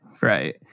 Right